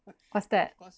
what's that